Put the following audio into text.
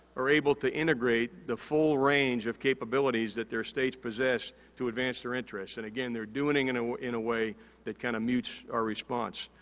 are able to integrate the full range of capabilities that their states possess to advance their interests. and, again, they're doing and it in a way that kinda mutes our response.